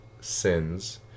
sins